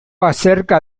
acerca